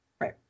right